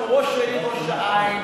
שהוא ראש העיר ראש-העין,